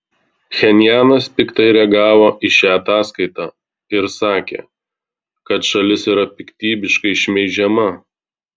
pchenjanas piktai reagavo į šią ataskaitą ir sakė kad šalis yra piktybiškai šmeižiama